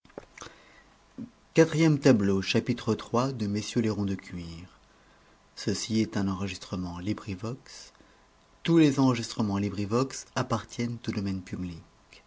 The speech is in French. que l'ensemble de tous les autres